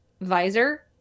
visor